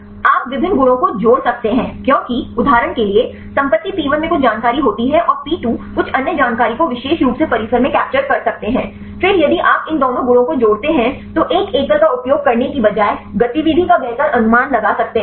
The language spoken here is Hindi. आप विभिन्न गुणों को जोड़ सकते हैं क्योंकि उदाहरण के लिए संपत्ति P1 में कुछ जानकारी होती है और P2 कुछ अन्य जानकारी को विशेष रूप से परिसर में कैप्चर कर सकते हैं फिर यदि आप इन दोनों गुणों को जोड़ते हैं तो एक एकल का उपयोग करने के बजाय गतिविधि का बेहतर अनुमान लगा सकते हैं